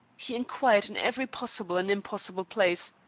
he inquired in every possible and impossible place,